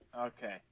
Okay